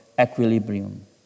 equilibrium